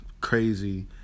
crazy